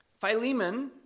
Philemon